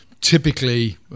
Typically